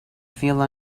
feel